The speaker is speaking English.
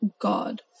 God